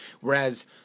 Whereas